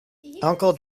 uncle